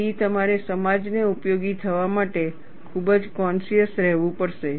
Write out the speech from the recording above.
તેથી તમારે સમાજને ઉપયોગી થવા માટે ખૂબ જ કોનશીયશ રહેવું પડશે